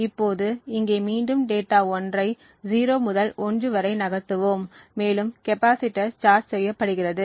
இப்போது இங்கே மீண்டும் டேட்டா1 ஐ 0 முதல் 1 வரை நகர்த்துவோம் மேலும் கெப்பாசிட்டர் சார்ஜ் செய்யபடுகிறது